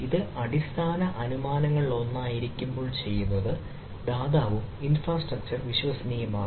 ഇത് അടിസ്ഥാന അനുമാനങ്ങളിലൊന്നായിരിക്കുമ്പോൾ ചെയ്യുന്നത് ദാതാവും ഇൻഫ്രാസ്ട്രക്ചർ വിശ്വസനീയവുമാണ്